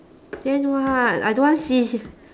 then what I don't want see s~